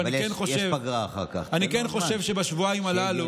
אבל אני כן חושב שבשבועיים הללו,